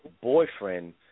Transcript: boyfriend